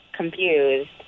confused